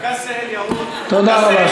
תודה רבה.